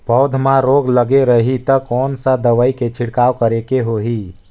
पौध मां रोग लगे रही ता कोन सा दवाई के छिड़काव करेके होही?